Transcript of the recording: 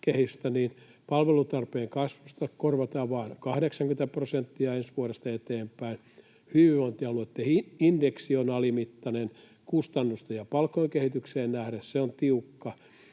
palvelutarpeen kasvusta korvataan vain 80 prosenttia ensi vuodesta eteenpäin, hyvinvointialueitten indeksi on alimittainen, kustannuksiin ja palkkakehitykseen nähden se on tiukka.